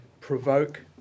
provoke